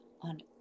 on